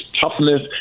toughness